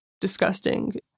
disgusting